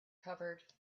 covered